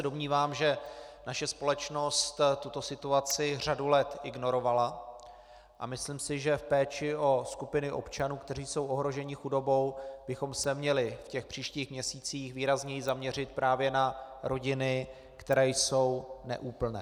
Domnívám se, že naše společnost tuto situaci řadu let ignorovala, a myslím si, že v péči o skupiny občanů, kteří jsou ohroženi chudobou, bychom se měli v příštích měsících výrazněji zaměřit právě na rodiny, které jsou neúplné.